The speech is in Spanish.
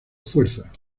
fuerza